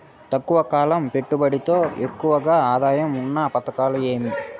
తక్కువ కాలం పెట్టుబడిలో ఎక్కువగా ఆదాయం ఉన్న పథకాలు ఏమి?